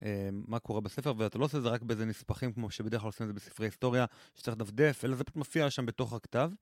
מה קורה בספר, ואתה לא עושה את זה רק באיזה נספחים כמו שבדרך כלל עושים את זה בספרי היסטוריה שצריך לדפדף, אלא זה מופיע שם בתוך הכתב.